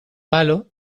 palo